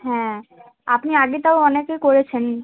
হ্যাঁ আপনি আগে তাও অনেকে করেছেন